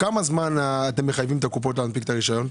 כמה זמן אתם מחייבים את הקופות להנפיק את המרשם?